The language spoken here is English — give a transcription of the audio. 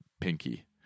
pinky